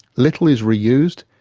little is reused,